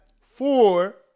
four